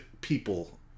people